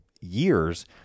years